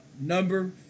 Number